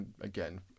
Again